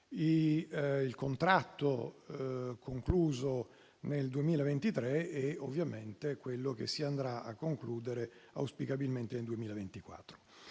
al contratto concluso nel 2023 e a quello che si andrà a concludere auspicabilmente nel 2024.